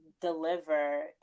deliver